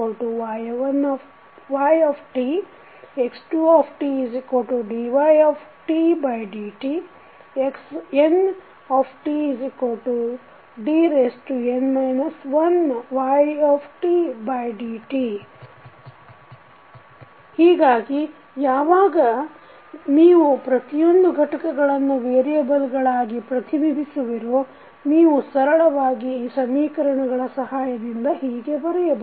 x1tyt x2tdydt xntdn 1ydt ಹೀಗಾಗಿ ಯಾವಾಗ ನೀವು ಪ್ರತಿಯೊಂದು ಘಟಕಗಳನ್ನು ವೇರಿಯಬಲ್ಗಳಾಗಿ ಪ್ರತಿನಿಧಿಸುವಿರೋ ನೀವು ಸರಳವಾಗಿ ಈ ಸಮೀಕರಣಗಳ ಸಹಾಯದಿಂದ ಹೀಗೆ ಬರೆಯಬಹುದು